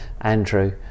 Andrew